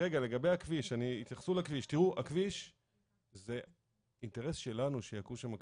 לגבי הכביש הכביש זה אינטרס שלנו שיקום שם כביש.